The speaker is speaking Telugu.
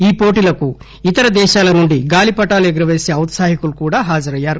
ఈ పోటీలకు ఇతర దేశాల నుండి గాలీపటాలు ఎగురవేసే పౌత్సాహికులు కూడా హాజరయ్యారు